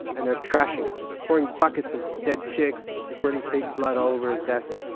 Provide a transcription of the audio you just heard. and they're trashing it pouring like buckets of dead chicks and squirting fake blood all over his desk.